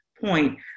point